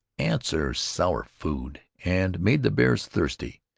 ants are sour food and made the bears thirsty,